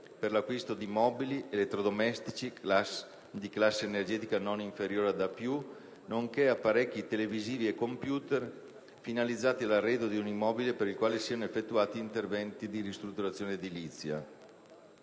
per l'acquisto di mobili, elettrodomestici di classe energetica non inferiore ad A+, nonché apparecchi televisivi e computer, finalizzati all'arredo di un immobile per il quale siano effettuati interventi di ristrutturazione edilizia.